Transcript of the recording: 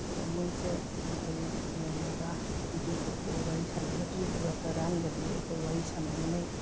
ꯑꯗꯨꯝ ꯃꯣꯏꯁꯦ ꯑꯩ ꯑꯦꯝ ꯑꯜ ꯑꯦꯒ ꯑꯦꯝ ꯄꯤꯒꯗꯤ ꯑꯩ ꯋꯥꯔꯤ ꯁꯅꯥꯖꯗ꯭ꯔꯤ ꯑꯗꯨꯒ ꯄ꯭ꯔꯙꯥꯟꯒꯗꯤ ꯑꯩꯈꯣꯏ ꯋꯥꯔꯤ ꯁꯥꯟꯅꯃꯤꯟꯅꯩ